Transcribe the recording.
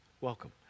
Welcome